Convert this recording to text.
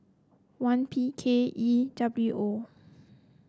one P K E W O